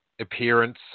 appearance